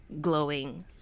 glowing